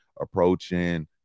approaching